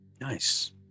Nice